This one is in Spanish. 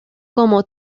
como